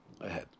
ahead